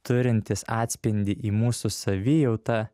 turintys atspindį į mūsų savijautą